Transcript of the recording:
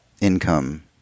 income